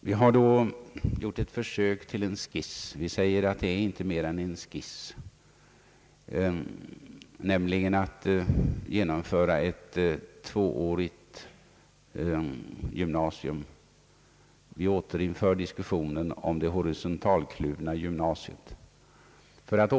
Vi har då gjort ett försök till en skiss — vi säger att det inte är mer än så — av ett tvåårigt gymnasium. Vi återupptar alltså diskussionen om det horisontalkluvna gymnasiet.